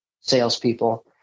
salespeople